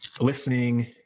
listening